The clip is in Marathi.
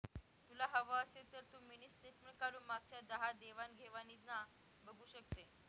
तुला हवं असेल तर तू मिनी स्टेटमेंट काढून मागच्या दहा देवाण घेवाणीना बघू शकते